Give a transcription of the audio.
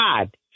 God